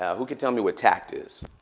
who can tell me what tact is?